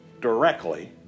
directly